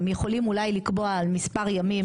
הם יכולים אולי לקבוע על מספר ימים.